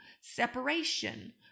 separation